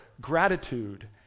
gratitude